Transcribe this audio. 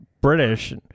British